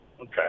Okay